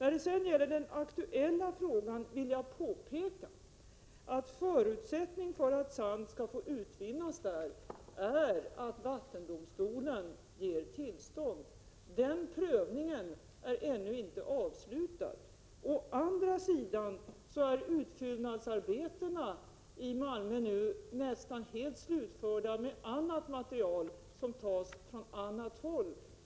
När det sedan gäller den aktuella frågan vill jag påpeka att förutsättningen för att sand skall få utvinnas är att vattendomstolen ger tillstånd. Den prövningen är ännu inte avslutad. Å andra sidan är utfyllnadsarbetena i Malmö nu nästan helt slutförda med annat material som tas från annat håll.